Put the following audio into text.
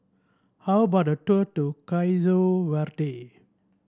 how about a tour to Verde